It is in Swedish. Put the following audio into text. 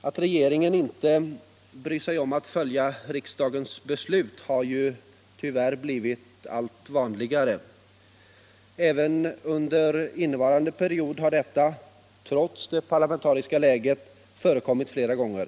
Att regeringen inte bryr sig om att följa riksdagens beslut har tyvärr blivit allt vanligare. Även under innevarande period har detta, trots det parlamentariska läget, förekommit flera gånger.